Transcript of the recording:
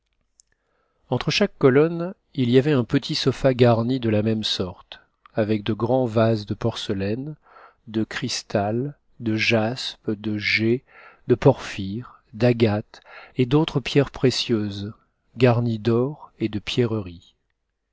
entre chaque colonne il y avait un petit sofa garni de la même sorte avec de grands vases de porcelaine de cristal de jaspe de jais de porphyre d'agate et d'autres pierres précieuses garnis d'or et de pierreries